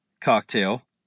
cocktail